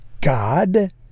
God